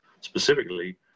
specifically